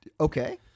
Okay